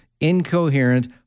incoherent